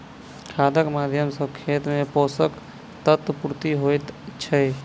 खादक माध्यम सॅ खेत मे पोषक तत्वक पूर्ति होइत छै